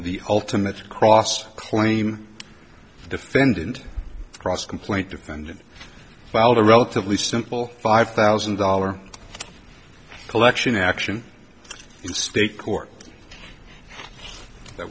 the ultimate cross claim defendant cross complaint defendant filed a relatively simple five thousand dollar collection action in state court that